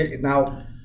now